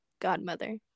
godmother